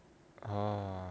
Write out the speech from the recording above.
oh